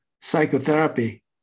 psychotherapy